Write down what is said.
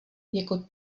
jako